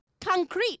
concrete